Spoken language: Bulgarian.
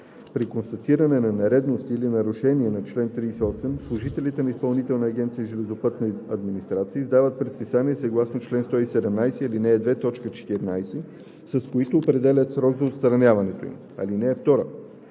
При констатиране на нередности или нарушения на чл. 38 служителите на Изпълнителна агенция „Железопътна администрация“ издават предписания съгласно чл. 117, ал. 2, т. 14, с които определят срок за отстраняването им. (2)